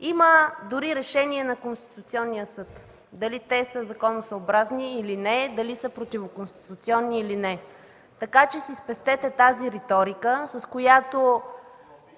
има дори и Решение на Конституционния съд дали те са законосъобразни или не, дали са противоконституционни или не, така че си спестете тази риторика, с която